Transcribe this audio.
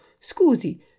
Scusi